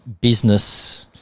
business